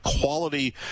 quality